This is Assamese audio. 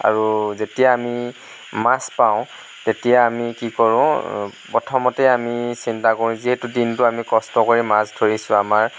আৰু যেতিয়া আমি মাছ পাওঁ তেতিয়া আমি কি কৰোঁ প্ৰথমতে আমি চিন্তা কৰোঁ দিনটো আমি কষ্ট কৰি মাছ ধৰিছোঁ আমাৰ